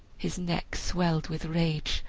his neck swelled with rage,